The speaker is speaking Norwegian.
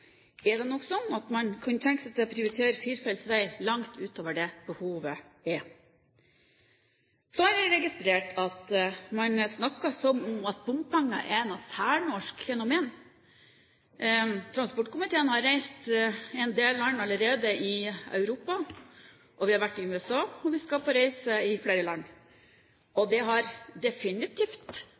er det nok sånn at man kunne tenke seg å prioritere firefeltsveier langt utover det det er behov for. Så har jeg registrert at man snakker som om bompenger er et særnorsk fenomen. Transportkomiteen har reist i en del land i Europa allerede, vi har vært i USA, og vi skal på reise i flere land, og det har definitivt